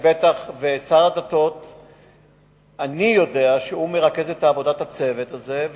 ואני יודע שהוא מרכז את עבודת הצוות הזה,